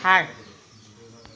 Thar